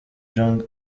jong